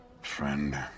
friend